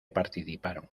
participaron